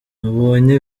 nabonye